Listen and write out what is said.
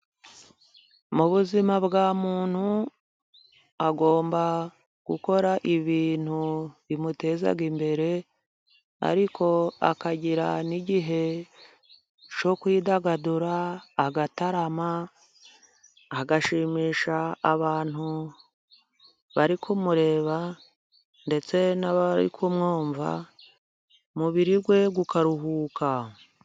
Mu buzima bwa muntu agomba gukora ibintu bimutezaga imbere, ariko akagira n'igihe cyo kwidagadura agatarama, agashimisha abantu bari kumureba, ndetse n'abari kumwumva, umubiri we ukaruhuka.